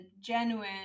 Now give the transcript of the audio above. genuine